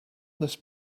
this